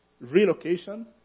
relocation